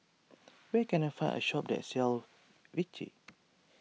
where can I find a shop that sells Vichy